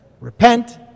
Repent